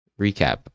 recap